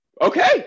Okay